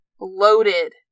loaded